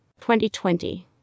2020